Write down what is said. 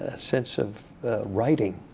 ah sense of writing,